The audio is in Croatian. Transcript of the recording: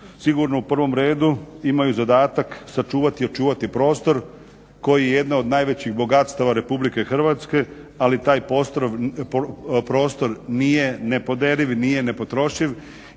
sigurno u prvom redu imaju zadatak sačuvati i očuvati prostor koji je jedno od najvećih bogatstava Republike Hrvatske, ali taj prostor nije nepoderiv, nije nepotrošiv